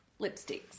lipsticks